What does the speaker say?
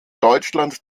deutschland